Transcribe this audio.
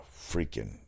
freaking